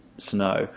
snow